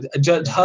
Judge